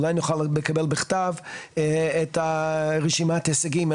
אולי נוכל לקבל בכתב את רשימת ההישגים.